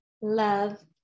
love